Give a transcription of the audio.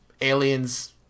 aliens